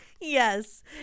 Yes